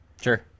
Sure